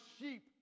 sheep